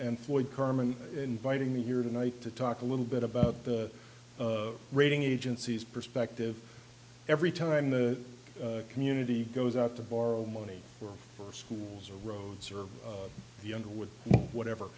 and floyd kerman inviting me here tonight to talk a little bit about the rating agencies perspective every time the community goes out to borrow money for schools or roads or younger with whatever